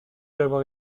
l’avoir